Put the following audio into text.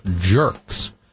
jerks